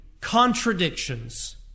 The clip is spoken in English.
contradictions